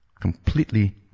Completely